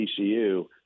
TCU